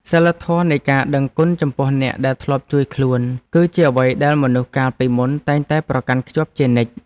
សីលធម៌នៃការដឹងគុណចំពោះអ្នកដែលធ្លាប់ជួយខ្លួន គឺជាអ្វីដែលមនុស្សកាលពីមុនតែងតែប្រកាន់ខ្ជាប់ជានិច្ច។